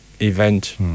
event